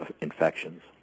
infections